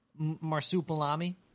marsupilami